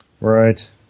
Right